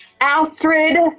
Astrid